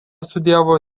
studijavo